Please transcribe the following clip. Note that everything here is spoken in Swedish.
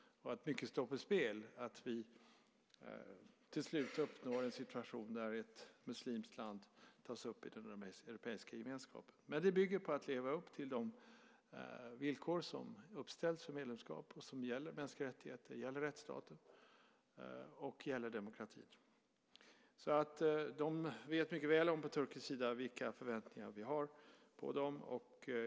Mycket står på spel när det gäller att vi till slut kan uppnå en situation där ett muslimskt land tas upp i den europeiska gemenskapen. Men det bygger på att leva upp till de villkor som uppställts för medlemskap och som gäller mänskliga rättigheter, som gäller rättsstaten och som gäller demokratin. De vet mycket väl på turkisk sida vilka förväntningar vi har på dem.